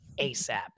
ASAP